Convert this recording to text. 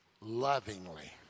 lovingly